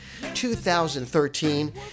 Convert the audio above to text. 2013